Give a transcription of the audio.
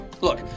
Look